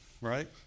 right